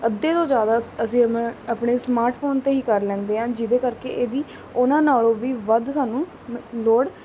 ਅੱਧੇ ਤੋਂ ਜ਼ਿਆਦਾ ਅਸੀਂ ਆਪਣੇ ਸਮਾਰਟ ਫੋਨ 'ਤੇ ਹੀ ਕਰ ਲੈਂਦੇ ਹਾਂ ਜਿਹਦੇ ਕਰਕੇ ਇਹਦੀ ਉਹਨਾਂ ਨਾਲੋਂ ਵੀ ਵੱਧ ਸਾਨੂੰ ਲੋੜ